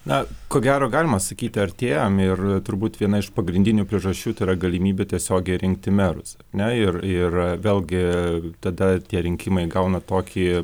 na ko gero galima sakyti artėjam ir turbūt viena iš pagrindinių priežasčių tai yra galimybė tiesiogiai rinkti merus ar ne ir ir vėlgi tada tie rinkimai įgauna tokį